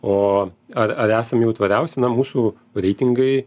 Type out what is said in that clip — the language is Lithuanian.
o ar ar esam jau tvačiausi na mūsų reitingai